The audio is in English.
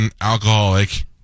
alcoholic